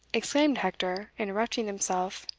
exclaimed hector, interrupting himself.